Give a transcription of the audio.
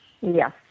Yes